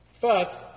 First